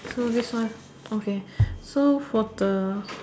so this one okay so for the